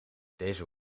deze